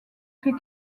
fait